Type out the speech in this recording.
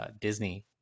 Disney